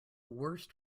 worst